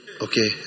okay